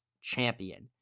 champion